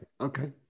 okay